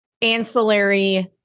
ancillary